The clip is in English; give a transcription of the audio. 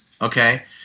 okay